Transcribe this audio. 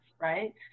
Right